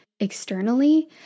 externally